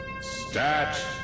stat